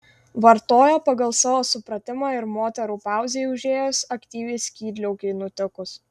vartojo pagal savo supratimą ir moterų pauzei užėjus aktyviai skydliaukei nutikus